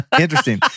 Interesting